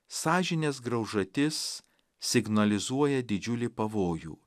sąžinės graužatis signalizuoja didžiulį pavojų